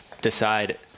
decide